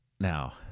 Now